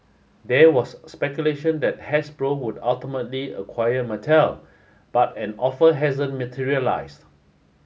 there was speculation that Hasbro would ultimately acquire Mattel but an offer hasn't materialised